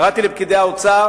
קראתי לפקידי האוצר